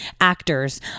actors